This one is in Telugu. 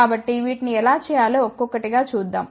కాబట్టి వీటిని ఎలా చేయాలో ఒక్కొక్కటిగా చూద్దాం